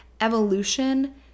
Evolution